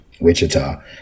Wichita